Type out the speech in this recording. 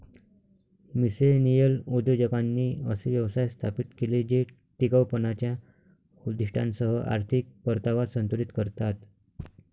millennial उद्योजकांनी असे व्यवसाय स्थापित केले जे टिकाऊपणाच्या उद्दीष्टांसह आर्थिक परतावा संतुलित करतात